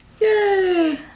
Yay